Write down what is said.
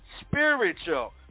spiritual